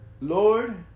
Lord